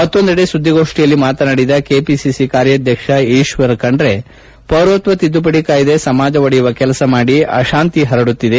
ಮತ್ತೊಂದೆಡೆ ಸುದ್ದಿಗೋಷ್ಠಿಯಲ್ಲಿ ಮಾತನಾಡಿದ ಕೆಪಿಸಿಸಿ ಕಾರ್ಯಾಧ್ಯಕ್ಷ ಈಶ್ವರ್ ಖಂಡ್ರೆ ಪೌರತ್ವ ತಿದ್ದುಪಡಿ ಕಾಯ್ದೆ ಸಮಾಜ ಒಡೆಯುವ ಕೆಲಸ ಮಾಡಿ ಅಶಾಂತಿ ಪರಡುತ್ತಿದೆ